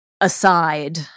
aside